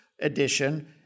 edition